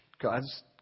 God's